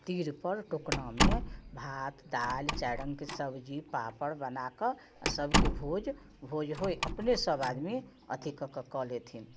तीरपर टोकनामे भात दालि चारि रङ्गके सब्जी पापड़ बनाकऽ आओर सभके भोज भोज होइ अपने सभ आदमी अथि कऽ कऽ कऽ लेथिन